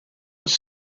was